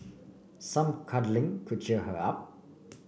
some cuddling could cheer her up